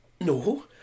no